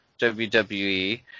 WWE